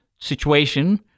situation